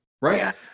Right